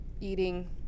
eating